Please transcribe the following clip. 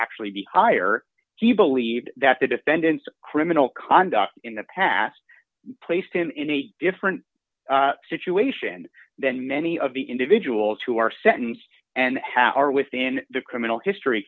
actually be higher he believed that the defendant's criminal conduct in the past placed him in a different situation than many of the individuals you are sentenced and power within the criminal history